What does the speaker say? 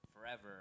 forever